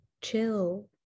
chill